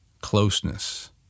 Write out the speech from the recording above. closeness